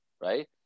right